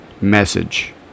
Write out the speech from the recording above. message